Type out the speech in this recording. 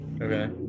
Okay